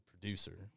producer